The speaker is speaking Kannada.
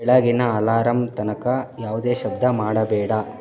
ಬೆಳಗ್ಗಿನ ಅಲಾರಾಂ ತನಕ ಯಾವುದೇ ಶಬ್ದ ಮಾಡಬೇಡ